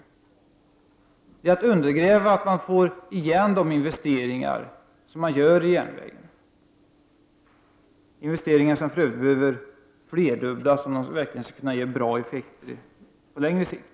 Det innebär att man undergräver möjligheterna att få igen de investeringar som man gör i järnvägen — investeringar som för övrigt behöver flerdubblas om de verkligen skall ge bra effekter på längre sikt.